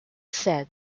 said